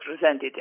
presented